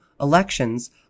elections